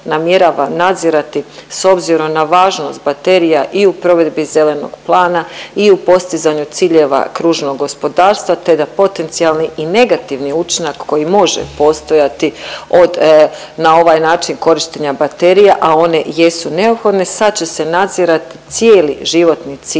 namjerava nadzirati s obzirom na važnost baterija i u provedbi zelenog plana i u postizanju ciljeva kružnog gospodarstva, te da potencijalni i negativni učinak koji može postojati od na ovaj način korištenja baterija, a one jesu neophodne sad će se nadzirati cijeli životni ciklus